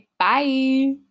bye